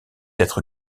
être